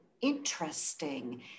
interesting